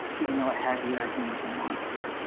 even though it has you acting like a monster, right?